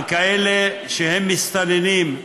על כאלה שהם מסתננים,